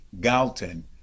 Galton